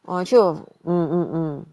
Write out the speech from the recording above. oh actually 我 mm mm mm